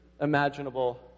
imaginable